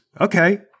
okay